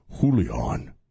Julian